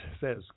says